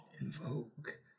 Invoke